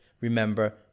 remember